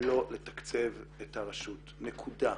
לא לתקצב את הרשות, נקודה.